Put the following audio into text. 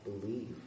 believe